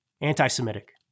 Anti-Semitic